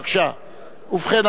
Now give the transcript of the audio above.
ובכן,